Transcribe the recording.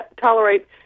tolerate